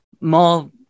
more